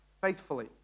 faithfully